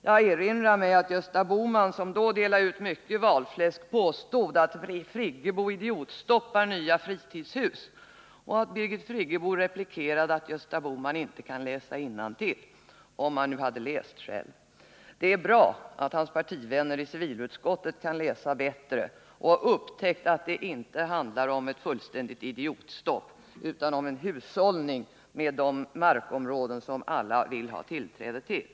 Jag erinrar mig att Gösta Bohman, som delade ut mycket valfläsk, påstod: Birgit Friggebo idiotstoppar nya fritidshus. Birgit Friggebo replikerade att Gösta Bohman inte kan läsa innantill. Om han nu hade läst själv. Det är bra att hans partivänner i civilutskottet kan läsa bättre och att de har upptäckt att det inte handlar om ett fullständigt idiotstopp utan om en hushållning med de markområden som alla vill ha tillträde till.